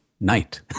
night